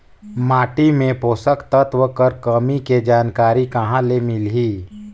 माटी मे पोषक तत्व कर कमी के जानकारी कहां ले मिलही?